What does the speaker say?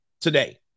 today